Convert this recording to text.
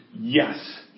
yes